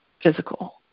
Physical